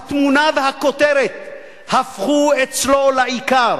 התמונה והכותרת הפכו אצלו לעיקר.